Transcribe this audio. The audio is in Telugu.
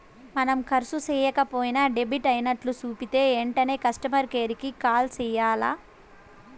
మనం కర్సు సేయక పోయినా డెబిట్ అయినట్లు సూపితే ఎంటనే కస్టమర్ కేర్ కి కాల్ సెయ్యాల్ల